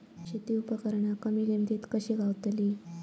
शेती उपकरणा कमी किमतीत कशी गावतली?